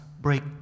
break